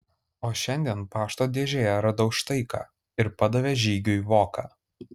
o šiandien pašto dėžėje radau štai ką ir padavė žygiui voką